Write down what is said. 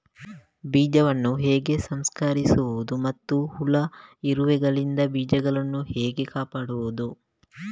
ಬೀಜವನ್ನು ಹೇಗೆ ಸಂಸ್ಕರಿಸುವುದು ಮತ್ತು ಹುಳ, ಇರುವೆಗಳಿಂದ ಬೀಜವನ್ನು ಹೇಗೆ ಕಾಪಾಡುವುದು?